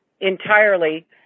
entirely